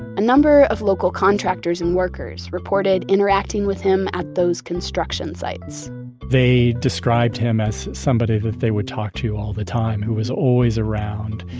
a number of local contractors and workers reported interacting with him at those construction sites they described him as somebody that they would talk to all the time, who was always around.